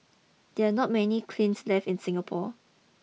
there are not many kilns left in Singapore